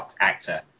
actor